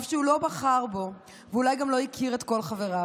אף שהוא לא בחר בו ואולי גם לא הכיר את כל חבריו.